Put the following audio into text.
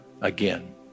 again